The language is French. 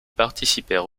participèrent